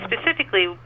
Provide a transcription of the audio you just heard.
specifically